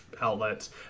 outlets